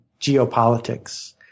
geopolitics